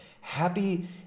Happy